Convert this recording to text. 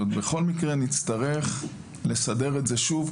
בכל מקרה נצטרך לסדר את זה שוב,